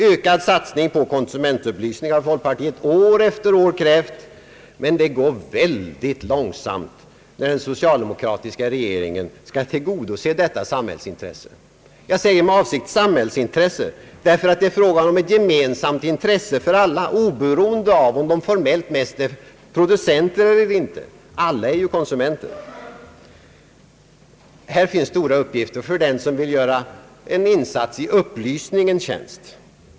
Ökad satsning på konsumentupplysning har folkpartiet år efter år krävt, men det går väldigt långsamt när den socialdemokratiska regeringen skall tillgodose detta samhällsintresse. Jag säger med avsikt »samhällsintresse» därför att det är fråga om ett för alla gemensamt intresse, oberoende av om de formellt sett är producenter eller ej. Alla är ju konsumenter. Här finns stora uppgifter för den som vill göra en insats i upplysningens tjänst.